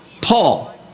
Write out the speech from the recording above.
Paul